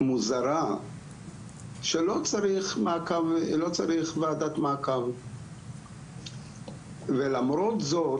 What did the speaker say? מוזרה שלא צריך וועדת מעקב ולמרות זאת